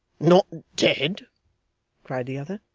not dead cried the other.